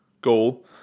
goal